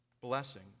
blessing